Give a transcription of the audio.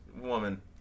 woman